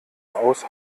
aus